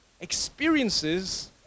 experiences